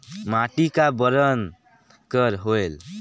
माटी का बरन कर होयल?